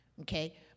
okay